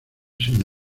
sin